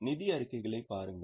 நிதி அறிக்கைகளைப் பாருங்கள்